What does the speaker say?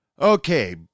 Okay